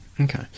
okay